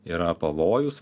yra pavojus